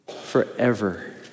forever